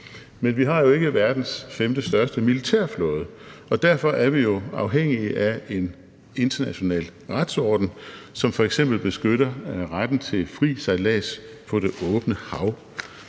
Men vi har jo ikke verdens femtestørste militærflåde, og derfor er vi jo afhængige af en international retsorden, som f.eks. beskytter retten til fri sejlads på det åbne hav.